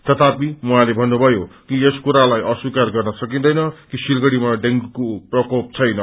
तथापि उहाँले भन्नुभयो कि यस कुरालाई अस्वीकार गर्न सकिदैन कि सिलगढ़ीमा डेंगूको प्रकोप छैन